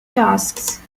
tasks